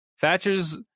Thatcher's